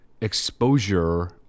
exposure